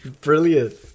Brilliant